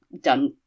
done